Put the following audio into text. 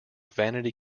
vanity